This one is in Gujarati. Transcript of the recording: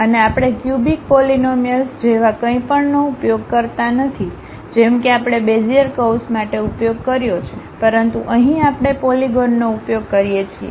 અને આપણે ક્યુબિક પૂલિનોમિયલ્સ જેવા કંઈપણનો ઉપયોગ કરતા નથી જેમ કે આપણે બેઝિયર કર્વ્સ માટે ઉપયોગ કર્યો છે પરંતુ અહીં આપણે પોલીગોનનો ઉપયોગ કરીએ છીએ